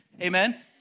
Amen